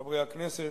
חברי הכנסת,